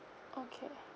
okay